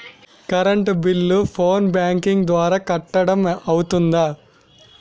Current bill phone banking ద్వారా కట్టడం అవ్తుందా?